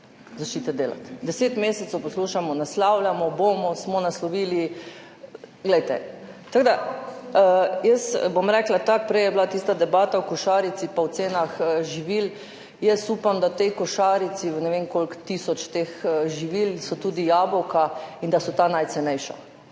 začnite delati. Deset mesecev poslušamo: naslavljamo, bomo, smo naslovili. Bom rekla tako. Prej je bila tista debata o košarici pa o cenah živil. Upam, da so v tej košarici, v ne vem koliko tisoč teh živil tudi jabolka in da so ta najcenejša.